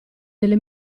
delle